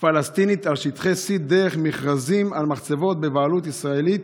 פלסטינית על שטחי C דרך מכרזים על מחצבות בבעלות ישראלית